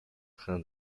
train